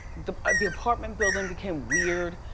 the the apartment building became weird.